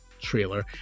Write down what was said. trailer